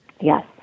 Yes